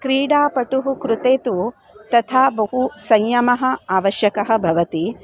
क्रीडापटुः कृते तु तथा बहु संयमः आवश्यकः भवति